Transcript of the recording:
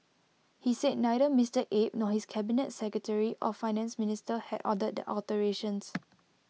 he said neither Mister Abe nor his cabinet secretary or Finance Minister had ordered the alterations